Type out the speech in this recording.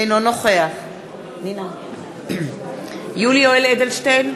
אינו נוכח יולי יואל אדלשטיין,